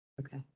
Okay